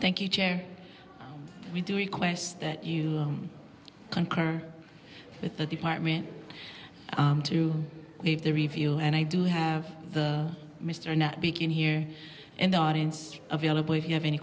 thank you we do request that you concur with the department to leave the review and i do have the mr not be king here and audience available if you have any